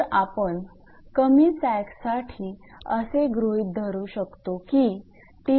तर आपण कमी सॅगसाठीअसे गृहीत धरू शकतो की 𝑇𝑚𝑎𝑥−𝑇𝑚𝑖𝑛𝑊𝑑